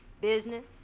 Business